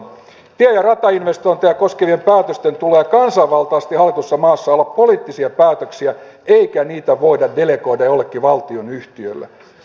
tie ja ratainvestointeja koskevien päätösten tulee kansanvaltaisesti hallitussa maassa olla poliittisia päätöksiä eikä niitä voida delegoida jollekin valtionyhtiölle